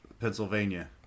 Pennsylvania